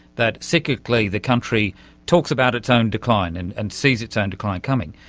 that cyclically the country talks about its own decline and and sees its own decline coming,